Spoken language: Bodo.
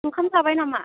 ओंखाम जाबाय नामा